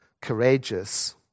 courageous